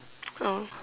oh